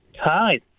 Hi